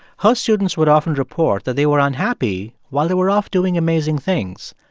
her students would often report that they were unhappy while they were off doing amazing things,